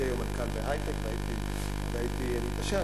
היום מנכ"ל בהיי-טק והייתי מתעשר.